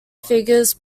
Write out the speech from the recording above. figures